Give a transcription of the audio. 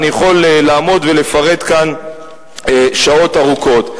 אני יכול לעמוד ולפרט כאן שעות ארוכות.